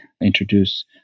introduce